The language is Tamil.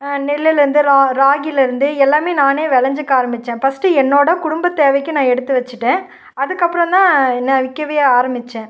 நெல்லுலேருந்து ரா ராகிலேருந்து எல்லாமே நானே விளஞ்சிக்க ஆரம்மிச்சேன் பஸ்ட்டு என்னோடய குடும்ப தேவைக்கு நான் எடுத்து வச்சிட்டேன் அதுக்கப்றந்தான் நான் விற்கவே ஆரம்மிச்சேன்